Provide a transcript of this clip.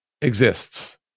exists